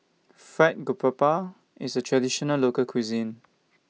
Fried Garoupa IS A Traditional Local Cuisine